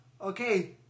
Okay